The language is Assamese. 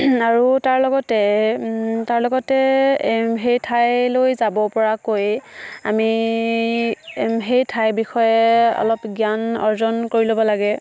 আৰু তাৰ লগতে সেই ঠাইলৈ যাব পৰাকৈ আমি সেই ঠাইৰ বিষয়ে অলপ জ্ঞান অৰ্জন কৰি ল'ব লাগে